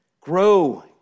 grow